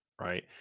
right